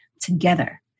together